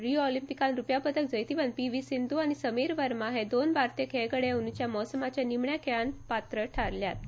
रिओ ऑलिंपिकांत रुप्यां पदक जैतवंत पीव्ही सिंधू आनी समीर वर्मा हे दोन भारतीय खेळगडे अंद्रंच्या मोसमाच्या निमाण्या खेळांत पात्र थारल्यात